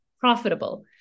profitable